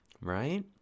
right